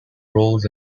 roles